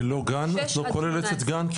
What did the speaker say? את לא כוללת גן ילדים?